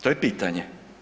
To je pitanje.